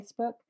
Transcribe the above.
Facebook